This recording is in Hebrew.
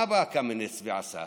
מה בא קמיניץ ועשה?